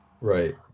Right